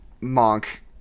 Monk